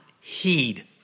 heed